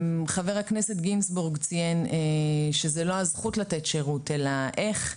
ח"כ גינזבורג ציין שזו לא זכות לתת שירות אלא איך,